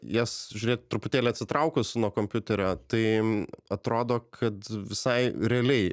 jas žiūrėt truputėlį atsitraukus nuo kompiuterio tai atrodo kad visai realiai